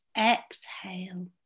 exhale